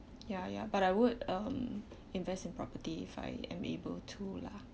ya ya but I would um invest in property if I am able to lah